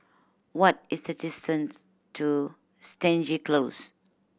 what is the distance to Stangee Close